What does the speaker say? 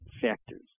factors